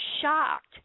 shocked